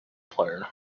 player